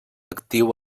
actiu